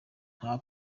nta